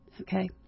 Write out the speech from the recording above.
okay